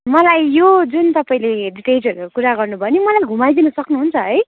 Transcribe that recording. मलाई यो जुन तपाईँले डिटेल्सहरूको कुरा गर्नुभयो नि मलाई घुमाइदिन सक्नुहुन्छ है